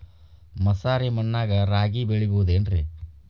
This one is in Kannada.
ಮಸಾರಿ ಮಣ್ಣಾಗ ರಾಗಿ ಬೆಳಿಬೊದೇನ್ರೇ?